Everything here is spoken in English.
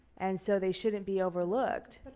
and so they shouldn't be overlooked.